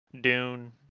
Dune